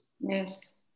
Yes